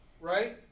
right